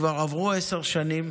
כבר עברו עשר שנים